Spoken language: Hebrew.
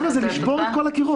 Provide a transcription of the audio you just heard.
זה לשבור את כל הקירות.